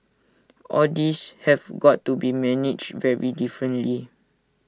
all these have got to be managed very differently